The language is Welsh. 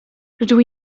rydw